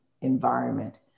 environment